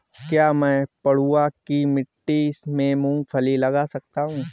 क्या मैं पडुआ की मिट्टी में मूँगफली लगा सकता हूँ?